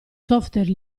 software